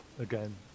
again